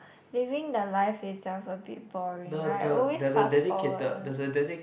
living the life itself is a bit boring I always fast forward one